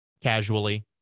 casually